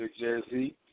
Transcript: Jersey